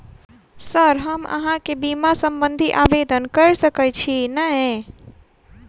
Sir हम अहाँ केँ बीमा संबधी आवेदन कैर सकै छी नै?